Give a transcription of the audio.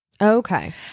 Okay